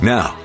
Now